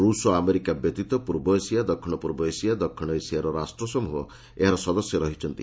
ରୁଷ୍ ଓ ଆମେରିକା ବ୍ୟତୀତ ପୂର୍ବ ଏସିଆ ଦକ୍ଷିଣ ପୂର୍ବ ଏସିଆ ଦକ୍ଷିଣ ଏସିଆର ରାଷ୍ଟ୍ରସମୃହ ଏହାର ସଦସ୍ୟ ରହିଛନ୍ତି